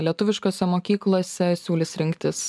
lietuviškose mokyklose siūlys rinktis